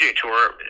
tour